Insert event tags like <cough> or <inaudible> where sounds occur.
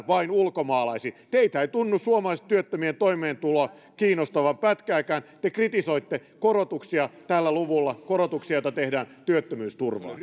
<unintelligible> vain ulkomaalaisiin teitä ei tunnu suomalaisten työttömien toimeentulo kiinnostavan pätkääkään te kritisoitte korotuksia tällä luvulla korotuksia joita tehdään työttömyysturvaan <unintelligible>